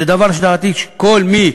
זה דבר שלדעתי, כל מי